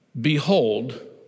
Behold